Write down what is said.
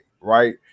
right